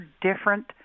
different